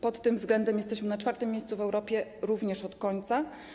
Pod tym względem jesteśmy na czwartym miejscu w Europie, również od końca.